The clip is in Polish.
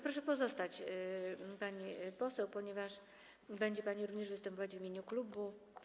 Proszę pozostać, pani poseł, ponieważ będzie pani również występować w imieniu klubu.